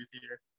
theater